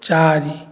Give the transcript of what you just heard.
ଚାରି